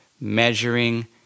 measuring